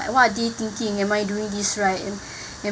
what are they thinking am I doing this right and